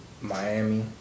Miami